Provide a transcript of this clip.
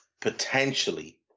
potentially